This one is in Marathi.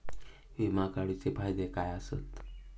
विमा काढूचे फायदे काय आसत?